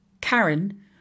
Karen